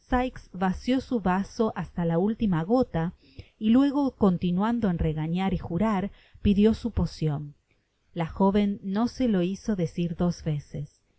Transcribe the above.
vació su vaso hasta la última gota y luego continuando en regañar y jurar pidió su pocion la joven no se lo hizo decir dos veces